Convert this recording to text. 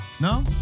No